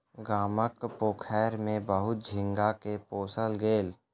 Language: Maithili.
गामक पोखैर में बहुत झींगा के पोसल गेल